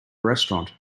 restaurant